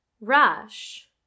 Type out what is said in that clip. rush